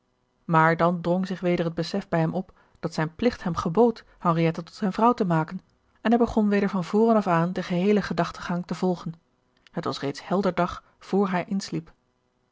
maar dan drong zich weder het besef bij hem op dat zijn plicht hem gebood henriette tot zijne vrouw te maken en hij begon weder van voren af aan den geheelen gedachtengang te volgen het was reeds helder dag vr hij insliep